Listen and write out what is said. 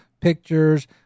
pictures